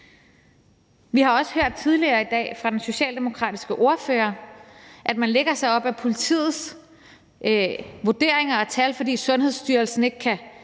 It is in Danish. Vi har også tidligere i dag hørt fra den socialdemokratiske ordfører, at man læner sig op ad af politiets vurderinger og tal, fordi Sundhedsstyrelsen ikke kan